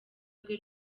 rwe